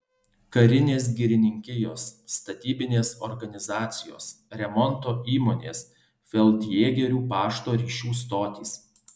karinės girininkijos statybinės organizacijos remonto įmonės feldjėgerių pašto ryšių stotys